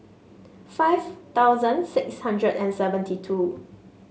five thousand six hundred and seventy two